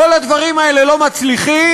כל הדברים האלה לא מצליחים,